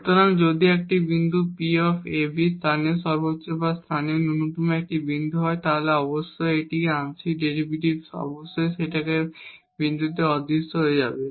সুতরাং যদি একটি বিন্দু P a b local maxima এবং লোকাল মিনিমা একটি বিন্দু হয় তাহলে অবশ্যই এই আংশিক ডেরিভেটিভগুলি অবশ্যই সেই বিন্দুতে অদৃশ্য হয়ে যাবে